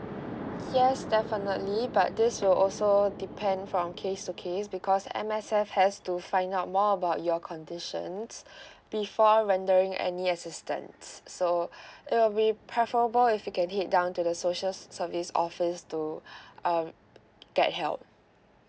yes definitely but this will also all depend from case to case because M_S_F has to find out more about your conditions before rendering any assistance so it will be preferable if you can head down to the social service office to um get help